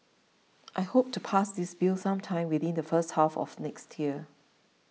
I hope to pass this bill sometime within the first half of next year